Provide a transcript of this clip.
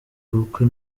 ubukwe